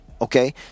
Okay